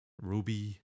Ruby